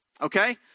Okay